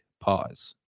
pause